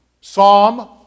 Psalm